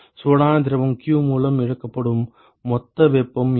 சூடான திரவம் q மூலம் இழக்கப்படும் மொத்த வெப்பம் என்ன